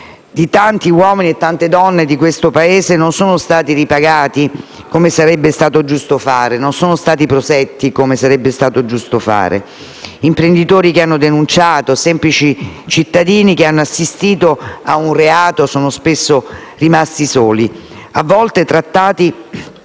di tanti uomini e donne di questo Paese non sono stati ripagati, come sarebbe stato giusto fare. Non sono stati protetti, come sarebbe stato giusto fare. Imprenditori che hanno denunciato e semplici cittadini che hanno assistito a un reato sono spesso rimasti soli e a volte trattati,